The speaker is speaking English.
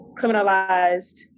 criminalized